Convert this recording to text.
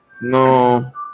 No